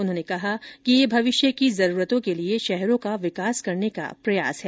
उन्होंने कहा कि यह भविष्य की जरूरतों के लिए शहरों का विकास करने का प्रयास है